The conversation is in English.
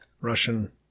Russian